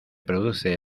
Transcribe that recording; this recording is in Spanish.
produce